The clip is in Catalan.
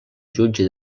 jutge